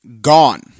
gone